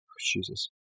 Jesus